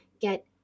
get